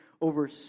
over